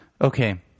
Okay